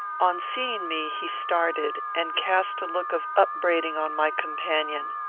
on seeing me he started, and cast a look of upbraiding on my companion.